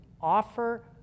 offer